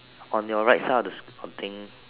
on your right side of the